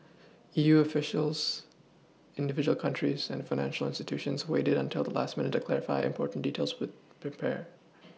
E U officials individual countries and financial institutions waited until the last minute to clarify important details with prepare